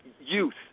youth